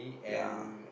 ya